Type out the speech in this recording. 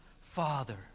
Father